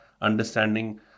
understanding